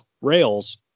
rails